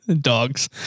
Dogs